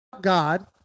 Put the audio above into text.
God